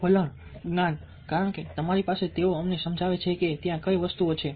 વલણ જ્ઞાન કારણ કે તમારી પાસે તેઓ અમને જણાવે છે કે ત્યાં કઈ વસ્તુઓ છે